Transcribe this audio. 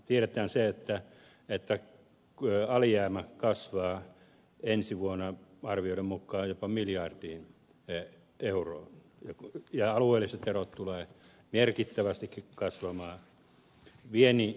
tiedetään se että alijäämä kasvaa ensi vuonna arvioiden mukaan jopa miljardiin euroon ja alueelliset erot tulevat merkittävästikin kasvamaan